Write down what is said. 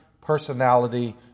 personality